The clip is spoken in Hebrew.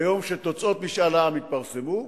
ביום שתוצאות משאל העם יתפרסמו,